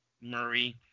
Murray